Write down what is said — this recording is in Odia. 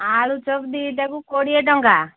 ଆଳୁଚପ ଦୁଇଟାକୁ କୋଡ଼ିଏ ଟଙ୍କା